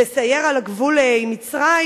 לסייר על הגבול עם מצרים.